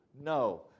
No